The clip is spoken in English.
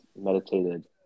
meditated